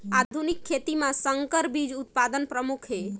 आधुनिक खेती म संकर बीज उत्पादन प्रमुख हे